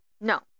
No